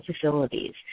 Facilities